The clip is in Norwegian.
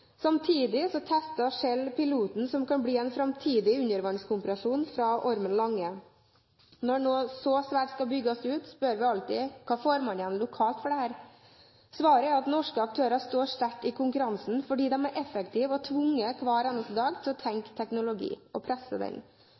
tester Shell piloten som kan bli en framtidig undervannskompresjon på Ormen Lange. Når noe så svært skal bygges ut, spør vi alltid: Hva får man igjen lokalt for dette? Svaret er at norske aktører står sterkt i konkurransen, fordi de er effektive og hver eneste dag tvunget til å tenke teknologi, og presse den.